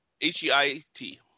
H-E-I-T